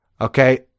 okay